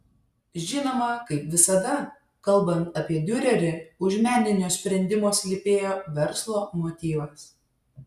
žinoma kaip visada kalbant apie diurerį už meninio sprendimo slypėjo verslo motyvas